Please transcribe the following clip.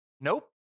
Nope